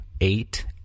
eight